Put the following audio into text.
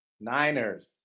Niners